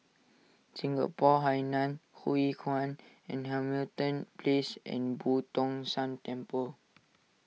Singapore Hainan Hwee Kuan and Hamilton Place and Boo Tong San Temple